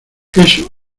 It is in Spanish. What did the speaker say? eso